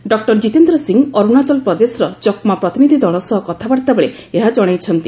doctor Jitendra Singh Arunachal ପ୍ରଦେଶର ଚକ୍ମା ପ୍ରତିନିଧି ଦଳ ସହ କଥାବାର୍ତ୍ତା ବେଳେ ଏହା ଜଣାଇଛନ୍ତି